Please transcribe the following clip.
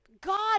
God